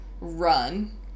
run